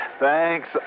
Thanks